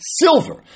silver